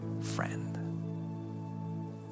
friend